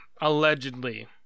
allegedly